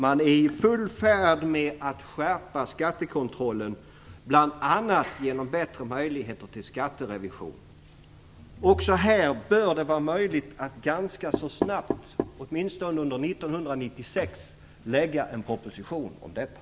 Man håller också på att skärpa skattekontrollen, bl.a. genom bättre möjligheter till skatterevision. Det bör vara möjligt att ganska snabbt, åtminstone under 1996, lägga fram en proposition också om detta.